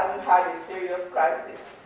i serious crisis,